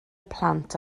plant